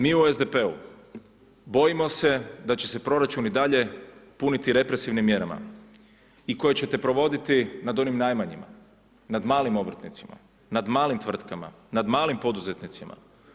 Mi u SDP-u bojimo se da će se proračun i dalje puni represivnim mjerama i koje ćete provoditi nad onim najmanjima nad malim obrtnicima, nad malim tvrtkama, nad malim poduzetnicima.